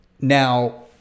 Now